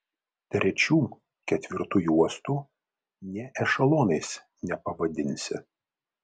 trečių ketvirtų juostų nė ešelonais nepavadinsi